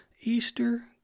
Easter